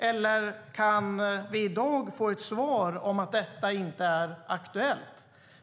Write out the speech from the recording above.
Eller kan vi i dag få ett besked om att detta inte är aktuellt?